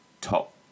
top